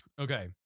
Okay